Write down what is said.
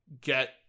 get